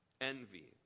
envy